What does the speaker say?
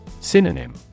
Synonym